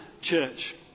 church